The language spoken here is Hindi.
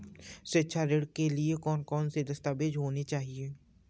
शिक्षा ऋण के लिए कौन कौन से दस्तावेज होने चाहिए?